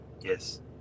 Yes